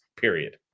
period